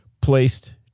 placed